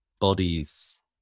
bodies